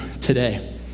today